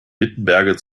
wittenberge